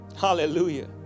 Hallelujah